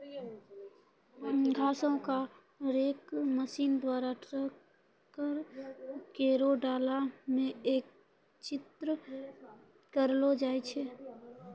घासो क rake machine द्वारा ट्रैकर केरो डाला म एकत्रित करलो जाय छै